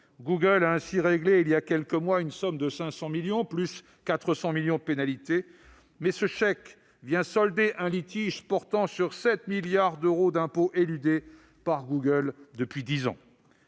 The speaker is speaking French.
a ainsi réglé, il y a quelques mois, une somme de 500 millions d'euros, plus 400 millions de pénalités, mais ce chèque venait solder un litige qui portait sur 7 milliards d'euros d'impôts éludés par Google pendant dix ans.